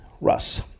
Russ